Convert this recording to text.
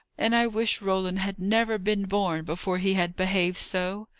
and i wish roland had never been born before he had behaved so!